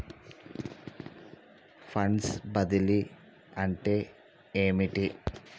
Funds బదిలీ అంటే ఏమిటి?